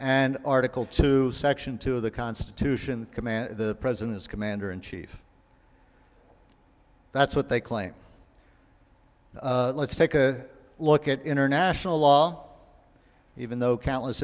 and article two section two of the constitution command the president as commander in chief that's what they claim let's take a look at international law even though countless